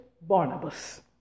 Barnabas